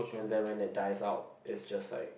and then when it dies out it's just like